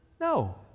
No